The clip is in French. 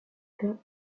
ajouta